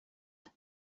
perd